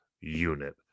unit